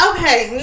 Okay